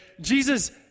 Jesus